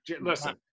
Listen